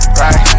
right